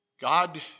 God